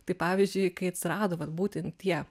tai pavyzdžiui kai atsirado vat būtent tie